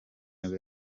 nibwo